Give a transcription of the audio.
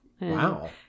Wow